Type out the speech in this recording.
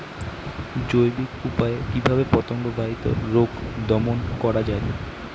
জৈবিক উপায়ে কিভাবে পতঙ্গ বাহিত রোগ দমন করা যায়?